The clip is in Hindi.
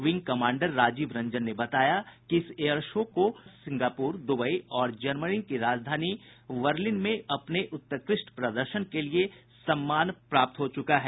विंग कमांडर राजीव रंजन ने बताया कि इस एयर शो को सिंगापुर दुबई और जर्मनी की राजधानी बर्लिन में अपने उत्कृष्ट प्रदर्शन के लिए सम्मान प्राप्त हो चुका है